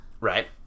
Right